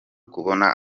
kubona